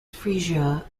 frisia